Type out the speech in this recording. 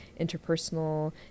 interpersonal